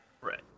Right